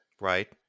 Right